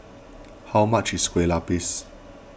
how much is Kueh Lupis